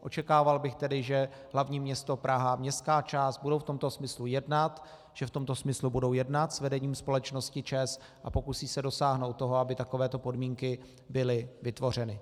Očekával bych tedy, že hl. město Praha, městská část budou v tomto smyslu jednat, že v tomto smyslu budou jednat s vedením společnosti ČEZ a pokusí se dosáhnout toho, aby takovéto podmínky byly vytvořeny.